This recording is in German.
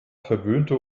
verwöhnte